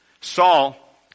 Saul